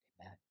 Amen